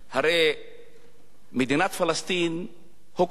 הרי מדינת פלסטין הוכרה.